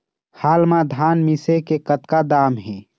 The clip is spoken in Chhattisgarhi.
हाल मा धान मिसे के कतका दाम हे?